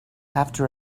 after